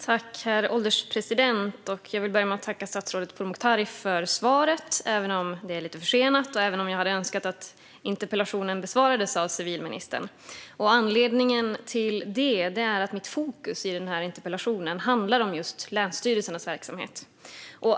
Herr ålderspresident! Jag vill börja med att tacka statsrådet Pourmokhtari för svaret, även om det är lite försenat och även om jag hade önskat att interpellationen besvarades av civilministern. Anledningen är att mitt fokus i interpellationen handlar om just länsstyrelsernas verksamhet.